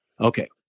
okay